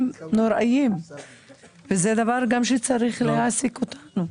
נוראיים וזה גם דבר שצריך להעסיק אותנו.